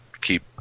keep